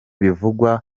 bivugwa